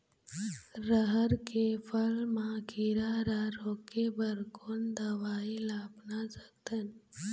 रहर के फर मा किरा रा रोके बर कोन दवई ला अपना सकथन?